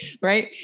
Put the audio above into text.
Right